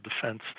defense